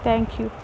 thank you